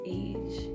age